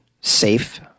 safe